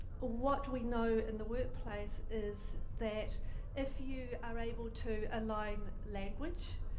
what we know in the workplace is that if you are able to align language